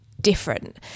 different